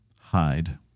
hide